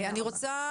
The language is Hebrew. אני רוצה